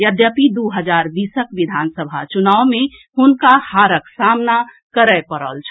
यद्यपि दू हजार बीसक विधानसभा चुनाव मे हुनका हारक सामना करए पड़ल छल